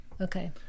Okay